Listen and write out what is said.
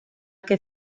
que